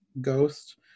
ghost